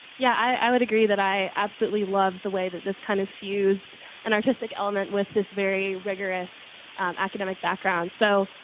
yeah, i would agree that i absolutely love the way that this kind of fused an artistic element with this very rigorous academic background. so,